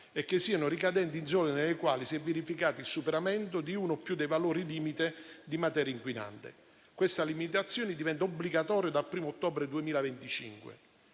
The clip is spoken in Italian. e che siano ricadenti in zone nelle quali si è verificato il superamento di uno o più dei valori limite di materia inquinante. Questa limitazione diventa obbligatoria dal 1° ottobre 2025.